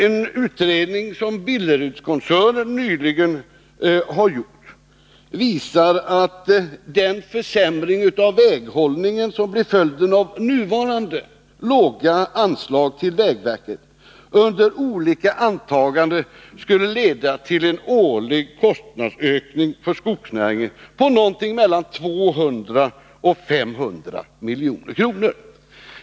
En utredning som Billerudskoncernen nyligen har gjort visar att den försämring av väghållningen som blir följden av nuvarande låga anslag till vägverket under olika antaganden skulle leda till en årlig kostnadsökning för skogsnäringen med mellan 200 och 500 milj.kr.